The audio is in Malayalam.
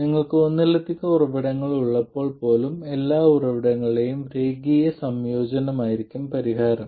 നിങ്ങൾക്ക് ഒന്നിലധികം ഉറവിടങ്ങൾ ഉള്ളപ്പോൾ പോലും എല്ലാ ഉറവിടങ്ങളുടെയും രേഖീയ സംയോജനമായിരിക്കും പരിഹാരം